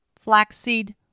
flaxseed